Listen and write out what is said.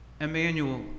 Emmanuel